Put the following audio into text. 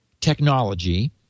technology